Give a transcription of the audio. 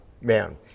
man